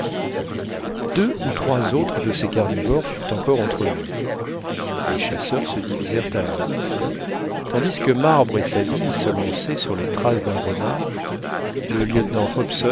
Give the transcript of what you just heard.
deux ou trois autres de ces carnivores furent encore entrevus les chasseurs se divisèrent alors tandis que marbre et sabine se lançaient sur les traces d'un renard le lieutenant